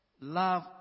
Love